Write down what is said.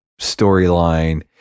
storyline